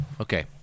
Okay